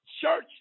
church